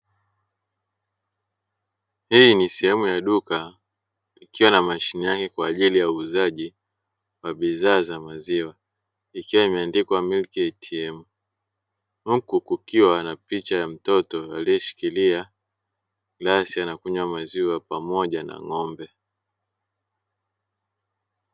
Hii ni sehemu ya duka ikiwa na mashine yake kwa ajili ya uuzaji wa bidhaa za maziwa, ikiwa imeandikwa "milk ATM" huku kukiwa na picha ya mtoto aliyeshikilia glasi, anakunywa maziwa pamoja na ng'ombe.